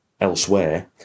elsewhere